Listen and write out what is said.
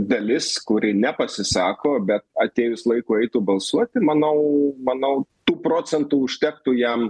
dalis kuri nepasisako bet atėjus laikui eiti balsuoti manau manau tų procentų užtektų jam